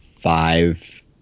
five